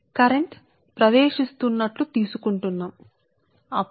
ఇది dot convention ప్రస్తుతం dot లోకి ప్రవేశించినట్లే తీసుకోబడింది